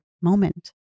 moment